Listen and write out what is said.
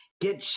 get